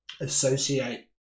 associate